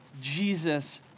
Jesus